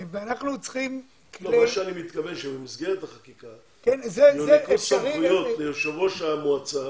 אני מתכוון שבמסגרת החקיקה מוענקות סמכויות ליושב ראש המועצה